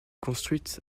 construite